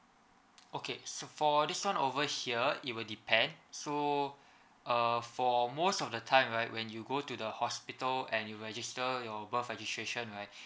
okay so for this one over here it will depend so uh for most of the time right when you go to the hospital and you register your birth registration right